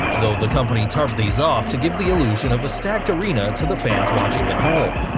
though the company tarped these off to give the illusion of a stacked arena to the fans watching at home.